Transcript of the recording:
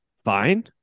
fine